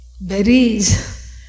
berries